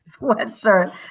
sweatshirt